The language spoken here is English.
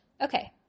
Okay